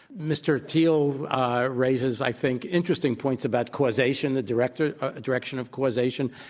mr. thiel raises, i think, interesting points about causation, the direction ah direction of causation.